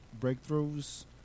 breakthroughs